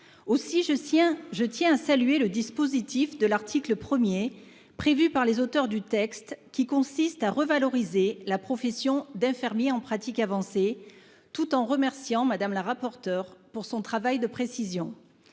tiens je tiens à saluer le dispositif de l'article 1er prévue par les auteurs du texte qui consiste à revaloriser la profession d'infirmier en pratique avancée tout en remerciant Madame la rapporteure pour son travail de précision.